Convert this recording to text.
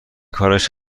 کارش